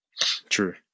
True